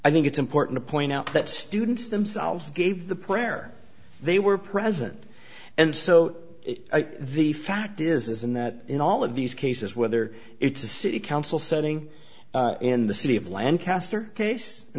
i think it's important to point out that students themselves gave the prayer they were present and so the fact is this and that in all of these cases whether it's a city council setting in the city of lancaster case in